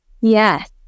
Yes